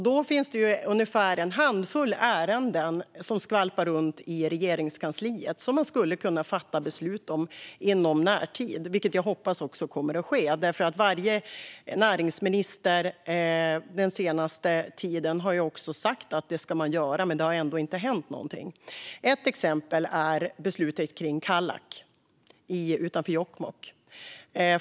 Det finns ungefär en handfull ärenden som skvalpar runt i Regeringskansliet som man skulle kunna fatta beslut om inom närtid, vilket jag också hoppas kommer att ske. Varje näringsminister den senaste tiden har sagt att man ska göra detta, men det har ändå inte hänt någonting. Ett exempel är beslutet kring Kallak utanför Jokkmokk.